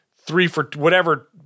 three-for-whatever